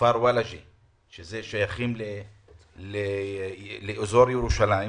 וולג'ה ששייכים לאזור ירושלים,